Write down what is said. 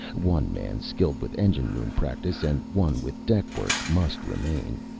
one man skilled with engine-room practice and one with deck work must remain.